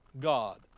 God